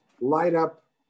light-up